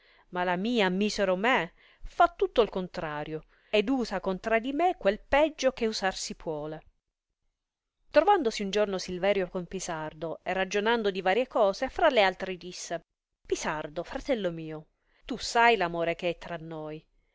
ma la mia misero me fa tutto il contrario ed usa contra di me quel peggio che usar si puole trovandosi un giorno silverio con pisardo e ragionando di varie cose fra le altre disse pisardo fratello mio tu sai l amore che è tra noi